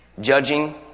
judging